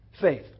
Faith